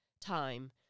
time